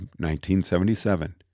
1977